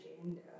agenda